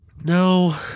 No